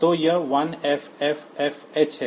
तो यह 1FFFH है